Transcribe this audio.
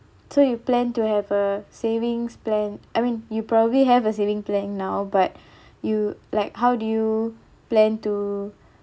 so you plan to have a savings plan I mean you probably have a saving plan now but you like how do you plan to